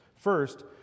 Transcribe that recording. First